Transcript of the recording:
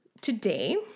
today